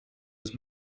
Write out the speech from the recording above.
was